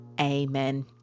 amen